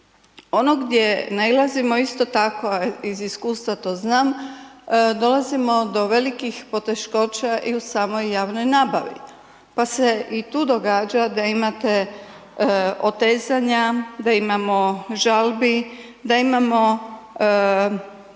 Ono gdje nailazimo isto tako, a iz iskustva to znam, dolazimo do velikih poteškoća i u samoj javnoj nabavi pa se i tu događa da imate otezanja, da imamo žalbi, da imamo